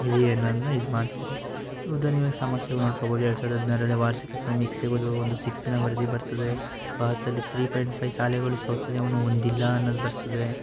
ಇದೆ ಅನ್ನೋದನ್ನ ಇದ್ಮಾಡ್ತಾರೆ ಈಗ ಉದಾಹರ್ಣೆಗೆ ಇವಾಗ ಸಮಸ್ಯೆಗಳು ನೋಡ್ಕೊಳ್ಬೋದು ಎರಡು ಸಾವ್ರ್ದ ಹದ್ನಾರರಲ್ಲಿ ವಾರ್ಷಿಕ ಸಮೀಕ್ಷೆದು ಒಂದು ಶಿಕ್ಷಣ ವರದಿ ಬರ್ತದೆ ಭಾರತದಲ್ಲಿ ತ್ರೀ ಪಾಯಿಂಟ್ ಫೈವ್ ಶಾಲೆಗಳು ಶೌಚಾಲಯವನ್ನು ಹೊಂದಿಲ್ಲ ಅನ್ನೋದು ಬರ್ತದೆ